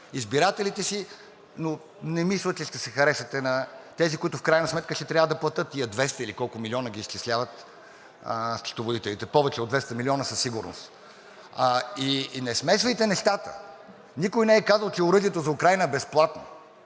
избирателите си. Не мисля, че ще се харесате на тези, които в крайна сметка ще трябва да платят тези 200, или колко милиона ги изчисляват счетоводителите. Повече от 200 милиона със сигурност. Не смесвайте нещата. Никой не е казал, че оръжието за Украйна е безплатно.